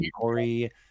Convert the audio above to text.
Corey